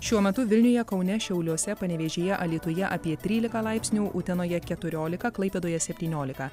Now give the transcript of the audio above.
šiuo metu vilniuje kaune šiauliuose panevėžyje alytuje apie trylika laipsnių utenoje keturiolika klaipėdoje septyniolika